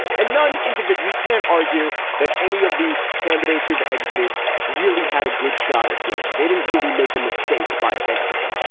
and none individually can argue that any of the candidates who've exited really had a good shot at winning. they didn't really make a mistake by exiting.